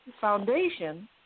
Foundation